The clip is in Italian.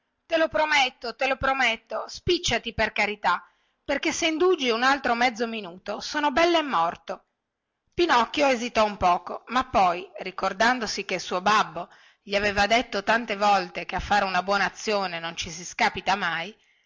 te lo prometto te lo prometto spicciati per carità perché se indugi un altro mezzo minuto son belle morto pinocchio esitò un poco ma poi ricordandosi che il suo babbo gli aveva detto tante volte che a fare una buona azione non ci si scapita mai